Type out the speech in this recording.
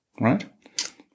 right